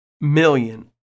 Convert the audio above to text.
million